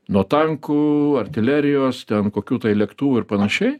nuo tankų artilerijos ten kokių tai lėktuvų ir panašiai